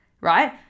right